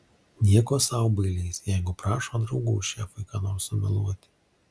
nieko sau bailys jeigu prašo draugų šefui ką nors sumeluoti